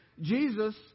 Jesus